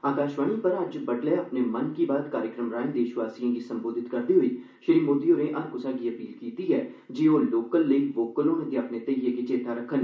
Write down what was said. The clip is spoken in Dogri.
आकाशवाणी पर अज्ज बड्डलै अपने 'मन की बात' कार्यक्रम राएं देशवासियें गी संबोधित करदे होई श्री मोदी होरें हर क्सै गी अपील कीती जे ओह लोकल लेई वोकल होने दे अपने ध्येइये गी चेता रक्खन